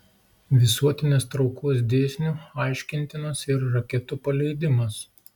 visuotinės traukos dėsniu aiškintinas ir raketų paleidimas